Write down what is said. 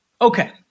Okay